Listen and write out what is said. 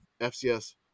FCS